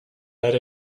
let